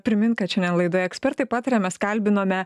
primint kad šiandien laidoje ekspertai pataria mes kalbinome